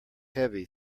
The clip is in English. heavy